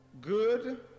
Good